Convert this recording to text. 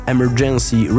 Emergency